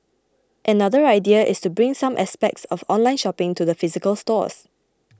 another idea is to bring some aspects of online shopping to the physical stores